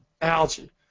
algae